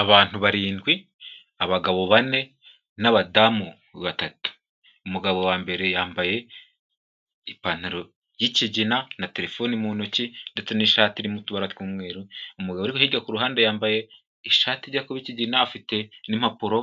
Abantu barindwi abagabo bane n'abadamu batatu, umugabo wa mbere yambaye ipantaro y'ikigina na telefoni mu ntoki ndetse n'ishati irimo utubara tw'umweru, umugore uri hirya ku ruhande yambaye ishati ijya kuba ikigina, afite n'impapuro